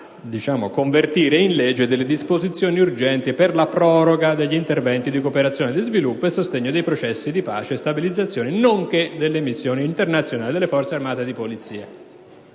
n. 152, recante disposizioni urgenti per la proroga degli interventi di cooperazione allo sviluppo e a sostegno dei processi di pace e di stabilizzazione, nonché delle missioni internazionali delle Forze armate e di polizia»;